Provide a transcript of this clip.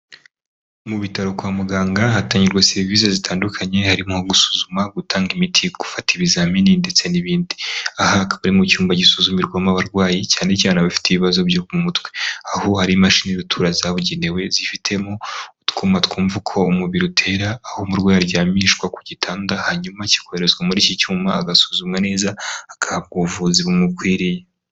Mu bitaro kwa muganga hatangirwa serivisi zitandukanye harimo gusuzuma gutanga imiti gufata ibizamini ndetse n'ibindi aha akaba ari mu cyumba gisuzumirwamo abarwayi cyane cyane abafite ibibazo byo mu mutwe aho hari imashini itura zabugenewe zifitemo utwuma twumva uko umubiri utera aho umurwayi aryamishwa ku gitanda hanyuma kikoherezwa muri iki cyuma agasuzumwa neza aka ubuvuzi bumukwiriye.